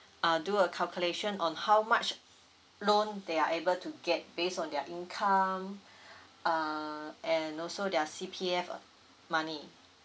uh do a calculation on how much loan they are able to get based on their income err and also their C_P_F money